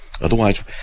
Otherwise